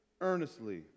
earnestly